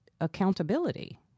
accountability